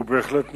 הוא בהחלט נכון.